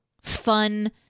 fun